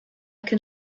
can